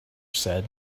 said